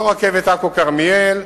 לא רכבת עכו כרמיאל,